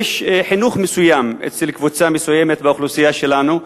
חינוך מסוים אצל קבוצה מסוימת באוכלוסייה שלנו,